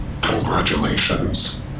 Congratulations